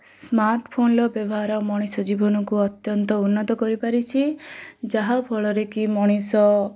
smart ଫୋନ୍ର ବ୍ୟବହାର ମଣିଷ ଜୀବନକୁ ଅତ୍ୟନ୍ତ ଉନ୍ନତ କରିପାରିଛି ଯାହା ଫଳରେକି ମଣିଷ